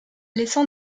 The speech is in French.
laissant